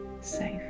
safe